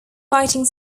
writing